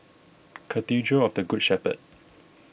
Cathedral of the Good Shepherd